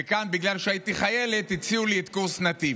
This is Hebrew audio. וכאן, בגלל שהייתי חיילת, הציעו לי את קורס נתיב.